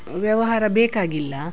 ವ್ಯವಹಾರ ಬೇಕಾಗಿಲ್ಲ